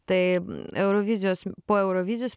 tai eurovizijos po eurovizijos